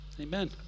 amen